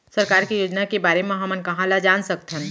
सरकार के योजना के बारे म हमन कहाँ ल जान सकथन?